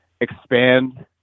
expand